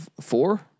four